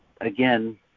again